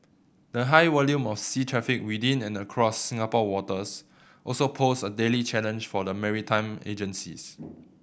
the high volume of sea traffic within and across Singapore waters also poses a daily challenge for the maritime agencies